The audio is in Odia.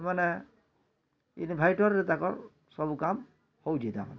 ସେମାନେ ଇନ୍ଭଟର୍ରେ ତାଙ୍କର୍ ସବୁ କାମ୍ ହଉଛି ତାମାନେ